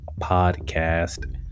podcast